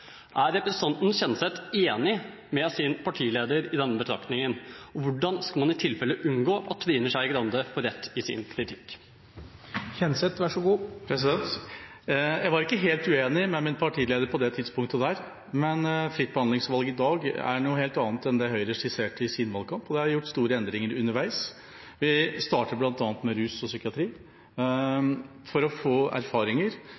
Er representanten Kjenseth enig med sin partileder i denne betraktningen? Hvordan skal man i tilfelle unngå at Trine Skei Grande får rett i sin kritikk? Jeg var ikke helt uenig med min partileder på det tidspunktet, men fritt behandlingsvalg i dag er noe helt annet enn det Høyre skisserte i sin valgkamp, og det er gjort store endringer underveis. Vi startet bl.a. med rus og psykiatri for å få